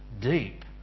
deep